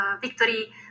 victory